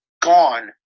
gone